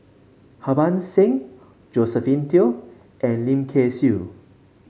Harbans Singh Josephine Teo and Lim Kay Siu